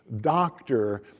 doctor